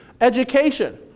Education